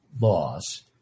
laws